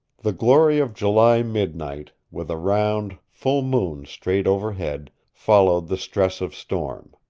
the glory of july midnight, with a round, full moon straight overhead, followed the stress of storm.